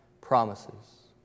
promises